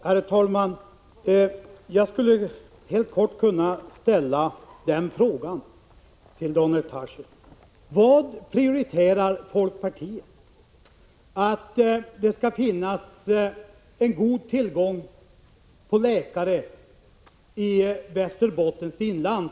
Herr talman! Jag skulle helt kort vilja fråga Daniel Tarschys: Vad prioriterar folkpartiet? Skall det finnas en god tillgång på läkare i Västerbottens inland?